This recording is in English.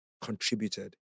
contributed